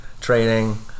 training